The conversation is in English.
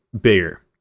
bigger